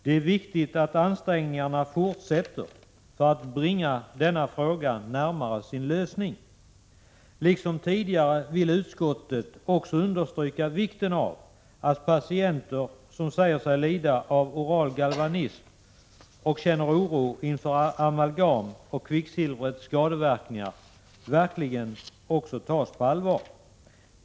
Det är viktigt att ansträngningarna fortsätter för att bringa denna fråga närmare sin lösning. Liksom tidigare vill utskottet också understryka vikten av att patienter som säger sig lida av oral galvanism och känner oro inför amalgam och kvicksilvrets skadeverkningar verkligen tas på allvar.